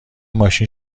ماشین